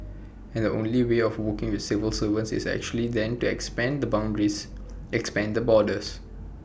and the only way of working with civil servants is actually then to expand the boundaries expand the borders